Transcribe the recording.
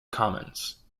commons